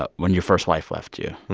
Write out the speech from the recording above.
but when your first wife left you.